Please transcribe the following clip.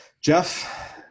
Jeff